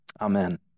Amen